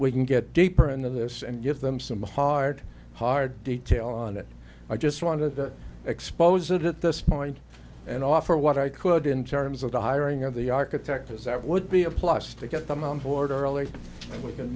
we can get deeper into this and give them some hard hard detail on it i just want to expose it at this point and offer what i could in terms of the hiring of the architect as that would be a plus to get them on board early and we can